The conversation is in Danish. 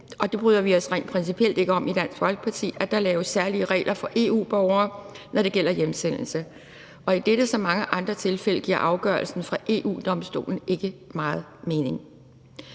Vi bryder os rent principielt i Dansk Folkeparti ikke om, at der laves særlige regler for EU-borgere, når det gælder hjemsendelse. Og i dette som i så mange andre tilfælde giver afgørelsen fra EU-Domstolen ikke meget mening.